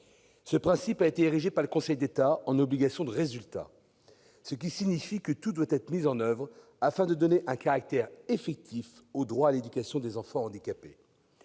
Ce principe a été érigé par le Conseil d'État en obligation de résultat. Cela signifie que tout doit être mis en oeuvre pour donner un caractère « effectif » au droit à l'éducation des enfants handicapés.